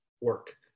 work